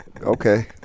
Okay